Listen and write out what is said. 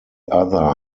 other